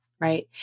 Right